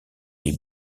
les